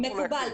מקובל.